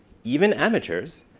even amateurs,